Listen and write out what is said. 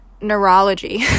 neurology